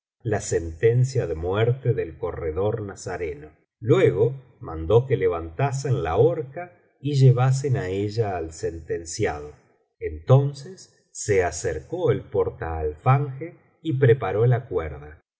la sentencia de muerte del corredor nazareno luego mandó que levantasen la horca y llevasen á ella al sentenciado entonces se acercó el portaalfanje y preparó la cuerda